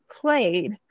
played